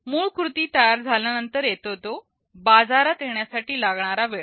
मूळ कृती झाल्यानंतर येतो तो बाजारात येण्यास लागणारा वेळ